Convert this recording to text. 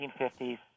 1950s